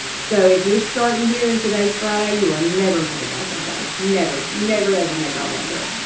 so if you're starting here, and today's friday, you will and never make it by sunday never. never, ever make it all the way through.